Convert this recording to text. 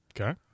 Okay